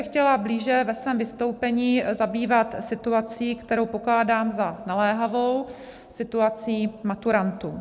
Chtěla bych se blíže ve svém vystoupení zabývat situací, kterou pokládám za naléhavou, situací maturantů.